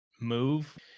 move